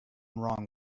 wrong